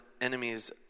enemies